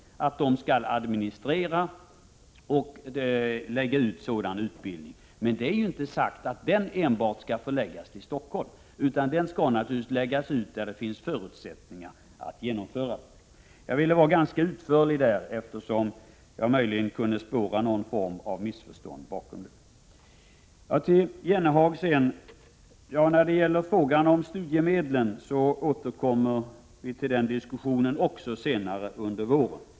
Detta centrum skall administrera och lägga ut sådan utbildning. Men det är inte sagt att denna utbildning skall förläggas enbart till Stockholm, utan den skall naturligtvis förläggas där det finns förutsättningar att genomföra den. I fråga om detta vill jag vara ganska utförlig, eftersom jag i debatten kunde spåra någon form av missförstånd. Till Jan Jennehag vill jag säga beträffande frågan om studiemedlen att vi återkommer till den senare under våren.